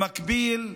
במקביל,